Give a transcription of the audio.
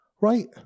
right